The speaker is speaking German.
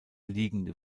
liegende